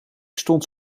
stond